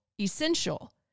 essential